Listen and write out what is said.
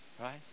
Right